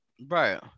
Right